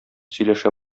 сөйләшә